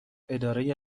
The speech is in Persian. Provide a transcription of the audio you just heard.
اداره